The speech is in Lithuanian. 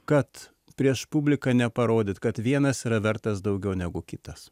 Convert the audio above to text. kad prieš publiką neparodyt kad vienas yra vertas daugiau negu kitas